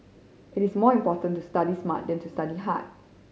it is more important to study smart than to study hard